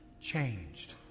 changed